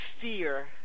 fear